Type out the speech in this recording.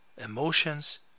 emotions